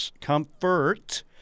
Comfort